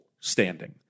standing